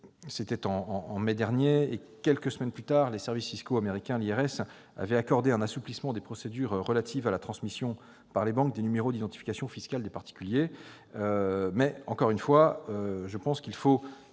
préoccupations. Quelques semaines plus tard, les services fiscaux américains- l'ou IRS-avaient accordé un assouplissement des procédures relatives à la transmission par les banques des numéros d'identification fiscale des particuliers. Mais, là encore, nous devons aller plus